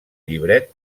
llibret